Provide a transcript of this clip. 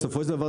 בסופו של דבר,